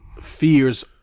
fears